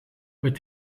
with